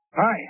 Hi